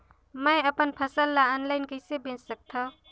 मैं अपन फसल ल ऑनलाइन कइसे बेच सकथव?